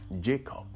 Jacob